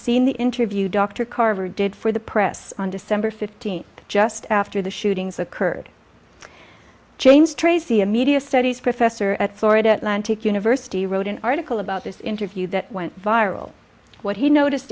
seen the interview dr carver did for the press on december fifteenth just after the shootings occurred james tracy a media studies professor at florida atlantic university wrote an article about this interview that went viral what he noticed